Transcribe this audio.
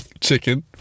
Chicken